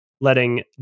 letting